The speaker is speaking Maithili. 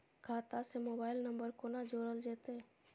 खाता से मोबाइल नंबर कोना जोरल जेते?